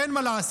אין מה לעשות,